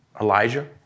Elijah